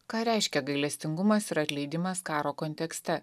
ką reiškia gailestingumas ir atleidimas karo kontekste